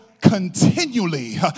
continually